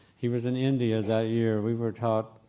he was in india that year. we were taught,